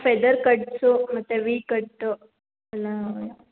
feather cuts ಮತ್ತೆ V cut ಎಲ್ಲ